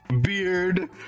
beard